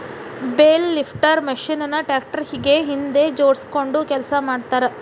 bale lifter machine ನ tractor ಗೆ ಹಿಂದ್ ಜೋಡ್ಸ್ಕೊಂಡು ಕೆಲಸ ಮಾಡ್ತಾರ